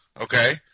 okay